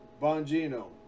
Bongino